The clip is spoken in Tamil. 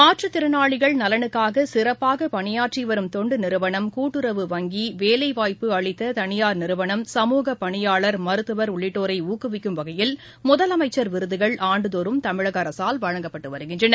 மாற்றுத் திறனாளிகள் நலனுக்காகசிறப்பாகபணியாற்றிவரும் தொண்டுநிறுவனம் கூட்டுறவு வங்கி வேலைவாய்ப்பு அளித்ததனியார் நிறுவனம் சமூகப் பணியாளர் மருத்துவர் உள்ளிட்டோரைஷாக்குவிக்கும் வகையில் முதலமைச்சர் விருதுகள் ஆண்டுதோறும் தமிழகஅரசால் வழங்கப்பட்டுவருகிறது